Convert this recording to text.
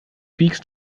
wiegst